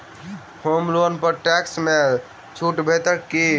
होम loan पर tax मे छुट भेटत की